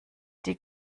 die